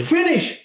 Finish